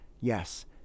Yes